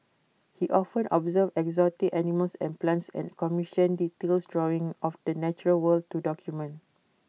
he often observed exotic animals and plants and commissioned detailed drawings of the natural world to document